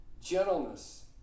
gentleness